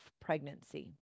pregnancy